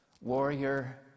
warrior